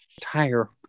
tire